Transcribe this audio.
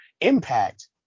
Impact